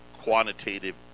quantitative